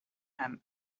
and